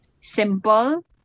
simple